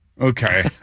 Okay